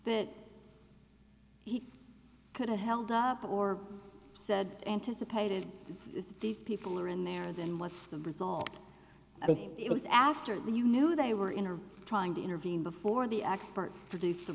he could have held up or said anticipated these people are in there then what's the result but it was after you knew that you were in or trying to intervene before the expert produced